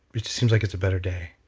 it just seems like it's a better day.